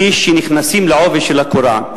כשנכנסים בעובי הקורה,